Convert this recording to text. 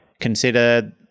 consider